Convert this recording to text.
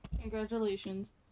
congratulations